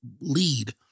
lead